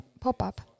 pop-up